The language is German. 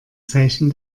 zeichen